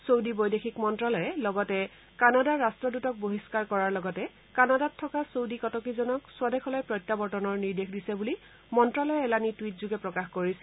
Saudi বৈদেশিক মন্তালয়ে লগতে কানাডাৰ ৰাষ্টদূতক বহিহ্ণাৰ কৰাৰ লগতে কানাডাত থকা ছৌদি কটকীজনক স্বদেশলৈ প্ৰত্যাৱৰ্তনৰ নিৰ্দেশ দিছে বুলি মন্তালয়ে এলানি টুইটযোগে প্ৰকাশ কৰিছে